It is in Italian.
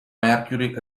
mercury